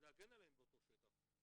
להגן עליהם באותו שטח?